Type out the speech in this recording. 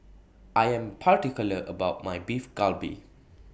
I Am particular about My Beef Galbi